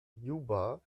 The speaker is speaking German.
juba